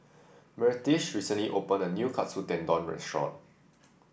Myrtice recently opened a new Katsu Tendon Restaurant